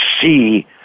see